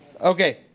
okay